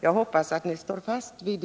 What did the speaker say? Jag hoppas att folkpartiet står fast vid